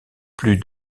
plus